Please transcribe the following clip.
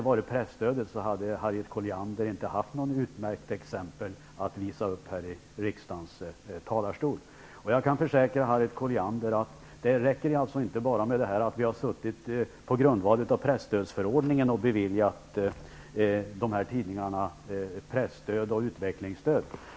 Utan presstödet hade Harriet Colliander inte haft ett så utmärkt exempel att anföra här i riksdagens talarstol. Vidare kan jag försäkra, Harriet Colliander, att det inte räcker att vi på grundval av presstödsförordningen har beviljat de här tidningarna presstöd och utvecklingsstöd.